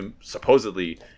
supposedly